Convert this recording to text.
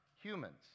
humans